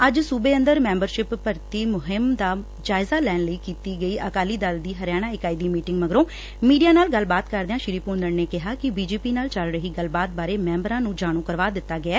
ਅੱਜ ਸੁਬੇ ਅੰਦਰ ਮੈਂਬਰਸ਼ਿਪ ਭਰਤੀ ਮੁਹਿੰਮ ਦਾ ਜਾਇਜ਼ਾ ਲੈਣ ਲਈ ਕੀਤੀ ਅਕਾਲੀ ਦਲ ਦੀ ਹਰਿਆਣਾ ਇਕਾਈ ਦੀ ਮੀਟਿੰਗ ਮਗਰੋਂ ਮੀਡੀਆ ਨਾਲ ਗੱਲਬਾਤ ਕਰਦਿਆਂ ਸ੍ਰੀ ਭੁੰਦੜ ਨੇ ਕਿਹਾ ਕਿ ਬੀਜੇਪੀ ਨਾਲ ਚੱਲ ਰਹੀ ਗੱਲਬਾਤ ਬਾਰੇ ਸੈਂਬਰਾਂ ਨੂੰ ਜਾਣੂ ਕਰਵਾ ਦਿੱਤਾ ਗਿਐ